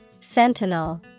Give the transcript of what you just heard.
Sentinel